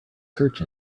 search